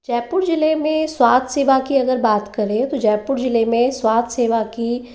जयपुर जिले में स्वास्थ्य सेवा की अगर बात करें तो जयपुर जिले में स्वास्थ्य सेवा की